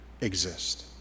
exist